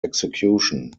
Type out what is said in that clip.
execution